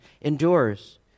endures